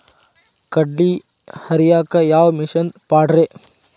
ಕಡ್ಲಿ ಹರಿಯಾಕ ಯಾವ ಮಿಷನ್ ಪಾಡ್ರೇ?